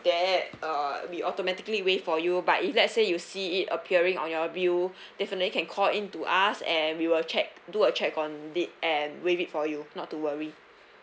that uh we automatically waive for you but if let's say you see it appearing on your bill definitely can call in to ask and we will check do a check on it and waive it for you not to worry